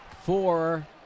Four